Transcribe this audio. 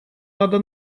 надо